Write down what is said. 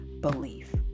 belief